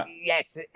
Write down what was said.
Yes